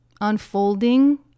unfolding